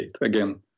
Again